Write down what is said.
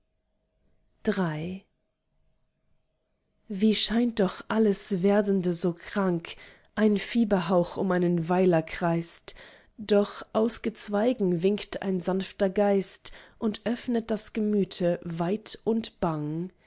wie scheint doch alles werdende so krank ein fieberhauch um einen weiler kreist doch aus gezweigen winkt ein sanfter geist und öffnet das gemüte weit und bang